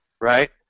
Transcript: Right